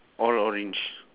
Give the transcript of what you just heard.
all orange